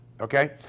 Okay